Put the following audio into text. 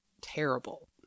terrible